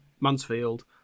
Mansfield